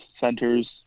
centers